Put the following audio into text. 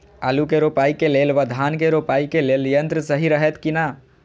आलु के रोपाई के लेल व धान के रोपाई के लेल यन्त्र सहि रहैत कि ना?